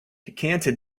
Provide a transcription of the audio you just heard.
decanted